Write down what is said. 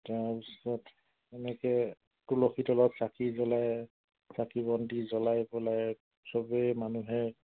তাৰপিছত এনেকৈ তুলসী তলত চাকি জ্বলায় চাকি বন্তি জ্বলাই পেলাই সবেই মানুহে